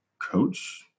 coach